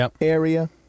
area